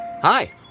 Hi